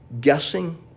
guessing